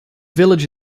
village